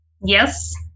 Yes